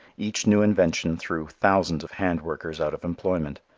each new invention threw thousands of hand-workers out of employment.